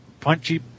punchy